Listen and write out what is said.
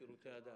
בשירותי הדת,